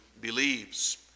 Believes